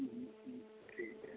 ᱦᱮᱸ ᱦᱮᱸ ᱴᱷᱤᱠ ᱜᱮᱭᱟ